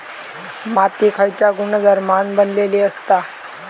माती खयच्या गुणधर्मान बनलेली असता?